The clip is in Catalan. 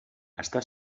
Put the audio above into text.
està